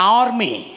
army